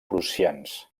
prussians